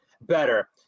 better